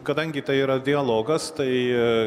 kadangi tai yra dialogas tai